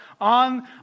on